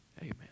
Amen